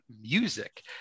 music